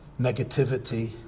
negativity